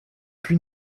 plus